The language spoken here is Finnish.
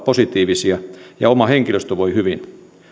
positiivisia ja oma henkilöstö voi hyvin